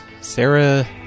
Sarah